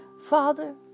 Father